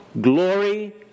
glory